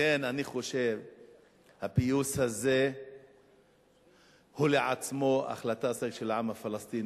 לכן אני חושב שהפיוס הזה לעצמו הוא החלטה אסטרטגית של העם הפלסטיני,